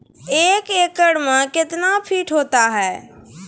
एक एकड मे कितना फीट होता हैं?